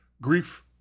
grief